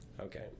okay